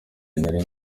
nari